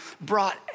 brought